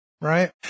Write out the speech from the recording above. right